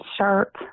shirt